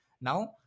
Now